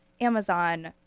Amazon